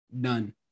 done